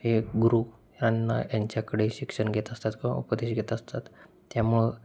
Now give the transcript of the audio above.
हे गुरु यांना यांच्याकडे शिक्षण घेत असतात किंवा उपदेश घेत असतात त्यामुळे